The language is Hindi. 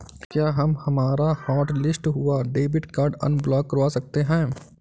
क्या हम हमारा हॉटलिस्ट हुआ डेबिट कार्ड अनब्लॉक करवा सकते हैं?